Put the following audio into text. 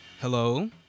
Hello